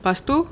lepas tu